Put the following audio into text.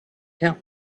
tell